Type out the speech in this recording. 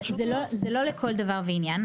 זה לא לכל דבר ועניין,